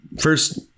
First